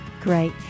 Great